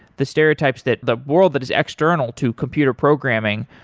the stereotypes that the world that is external to computer programming,